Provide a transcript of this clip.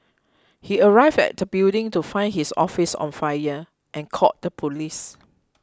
he arrived at the building to find his office on fire and called the police